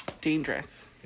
dangerous